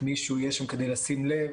מישהו יהיה שם כדי לשים לב.